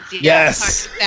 Yes